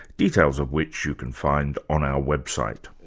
details of which you can find on our website.